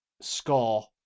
score